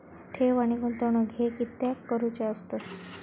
ठेव आणि गुंतवणूक हे कित्याक करुचे असतत?